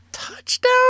Touchdown